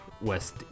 west